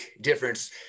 difference